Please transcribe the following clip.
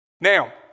Now